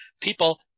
people